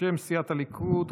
בשם סיעת הליכוד,